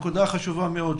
נקודה חשובה מאוד.